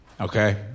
Okay